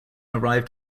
arrived